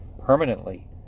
permanently